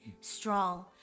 strong